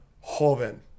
hoven